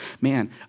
man